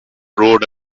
road